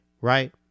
right